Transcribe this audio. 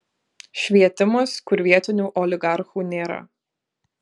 švietimas kur vietinių oligarchų nėra